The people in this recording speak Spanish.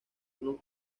unos